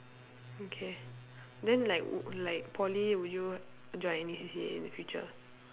okay then like like poly would you join any C_C_A in the future